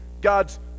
god's